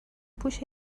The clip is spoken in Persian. پوش